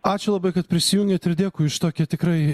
ačiū labai kad prisijungėt ir dėkui už tokią tikrai